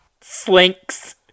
slinks